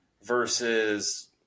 versus